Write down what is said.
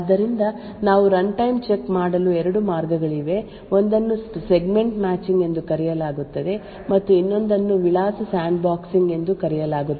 ಆದ್ದರಿಂದ ನಾವು runtime check ಮಾಡಲು ಎರಡು ಮಾರ್ಗಗಳಿವೆ ಒಂದನ್ನು ಸೆಗ್ಮೆಂಟ್ ಮ್ಯಾಚಿಂಗ್ ಎಂದು ಕರೆಯಲಾಗುತ್ತದೆ ಮತ್ತು ಇನ್ನೊಂದನ್ನು ವಿಳಾಸ ಸ್ಯಾಂಡ್ಬಾಕ್ಸಿಂಗ್ ಎಂದು ಕರೆಯಲಾಗುತ್ತದೆ